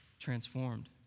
Transformed